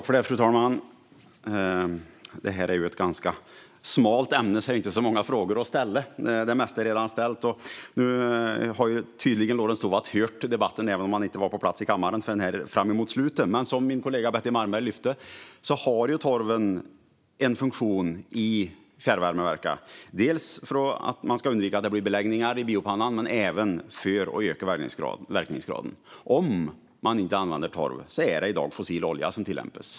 Fru talman! Detta är ett smalt ämne, så det finns inte så många frågor att ställa. De flesta frågor är redan ställda. Nu har tydligen Lorentz Tovatt lyssnat på debatten även om han inte var på plats i kammaren förrän mot slutet. Men som min kollega Betty Malmberg lyfte upp har torven en funktion i fjärrvärmeverken dels för att undvika beläggningar i biopannan, dels för att öka verkningsgraden. Om man inte använder torv är det i dag fossil olja som används.